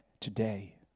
today